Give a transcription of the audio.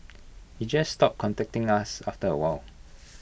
he just stopped contacting us after A while